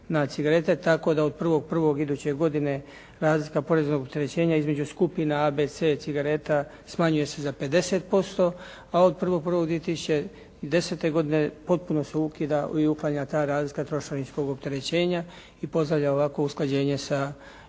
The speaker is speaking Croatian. tako da od 1.1. iduće godine razlika poreznog opterećenja između skupina A, B, C cigareta smanjuje se za 50%, a od 1.1.2010. godine potpuno se ukida i uklanja ta razlika trošarinskog opterećenja i pozdravljam ovakvo usklađenje sa direktivama